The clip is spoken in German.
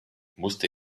musste